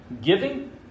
giving